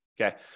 okay